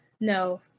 no